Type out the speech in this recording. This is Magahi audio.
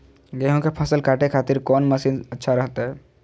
गेहूं के फसल काटे खातिर कौन मसीन अच्छा रहतय?